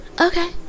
okay